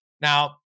now